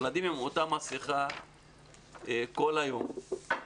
ילדים עם אותה מסכה כל היום,